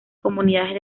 comunidades